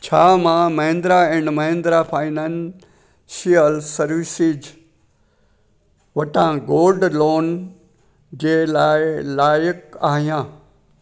छा मां Mahindra and Mahindra financial services वटां गोल्ड लोन जे लाइ लाइकु आहियां